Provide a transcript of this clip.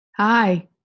Hi